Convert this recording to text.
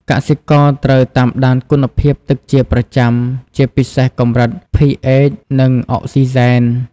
កសិករត្រូវតាមដានគុណភាពទឹកជាប្រចាំ ជាពិសេសកម្រិត pH និងអុកស៊ីហ្សែន។